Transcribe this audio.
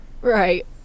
Right